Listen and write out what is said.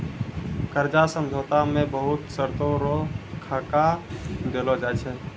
कर्जा समझौता मे बहुत शर्तो रो खाका देलो जाय छै